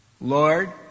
Lord